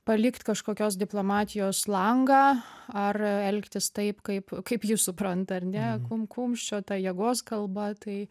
palikt kažkokios diplomatijos langą ar elgtis taip kaip kaip ji supranta ar ne kum kumščio ta jėgos kalba tai